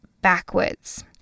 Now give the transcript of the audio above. backwards